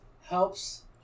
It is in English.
helps